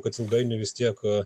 kad ilgainiui vis tiek